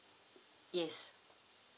yes